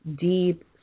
deep